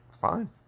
Fine